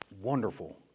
Wonderful